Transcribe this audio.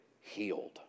healed